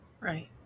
Right